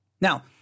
Now